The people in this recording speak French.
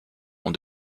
ont